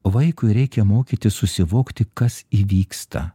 vaikui reikia mokytis susivokti kas įvyksta